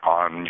on